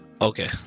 Okay